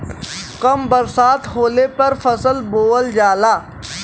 कम बरसात होले पर फसल बोअल जाला